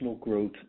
growth